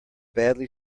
badly